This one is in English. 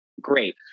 great